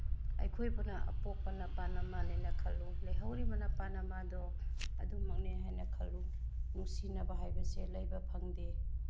ꯑꯩꯈꯣꯏꯕꯨꯅ ꯑꯄꯣꯛꯄ ꯅꯄꯥ ꯅꯃꯥꯅꯦꯅ ꯈꯜꯂꯨ ꯂꯩꯍꯧꯔꯤꯕ ꯅꯄꯥ ꯅꯃꯥꯗꯣ ꯑꯗꯨꯃꯛꯅꯦ ꯍꯥꯏꯅ ꯈꯜꯂꯨ ꯅꯨꯡꯁꯤꯅꯕ ꯍꯥꯏꯕꯁꯦ ꯂꯩꯕ ꯐꯪꯗꯦ